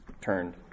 turned